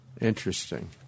Interesting